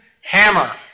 hammer